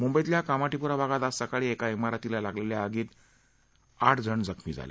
मुंबईतील कामाठीपुरा भागात आज सकाळी एका शिरतीला लागलेल्या भीषण आगीत आठ जण जखमी झाले